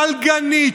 פלגנית,